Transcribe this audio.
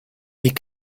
est